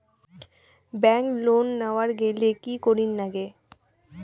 Bank loan নেওয়ার গেইলে কি করীর নাগে?